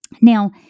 Now